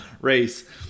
race